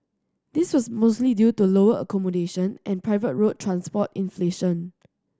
this was mostly due to lower accommodation and private road transport inflation